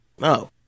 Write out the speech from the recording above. No